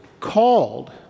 called